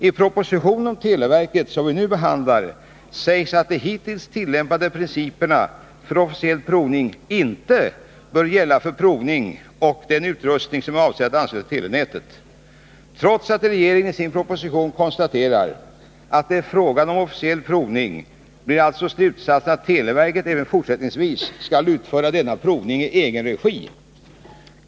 I propositionen om televerket som vi nu behandlar, sägs att de hittills tillämpade principerna för officiell provning inte bör gälla för provning av den utrustning som är avsedd att anslutas till telenätet. Trots att regeringen i sin proposition konstaterar att det är fråga om officiell provning, blir alltså slutsatsen att televerket även fortsättningsvis skall utföra denna provning i egen regi.